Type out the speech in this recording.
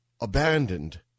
abandoned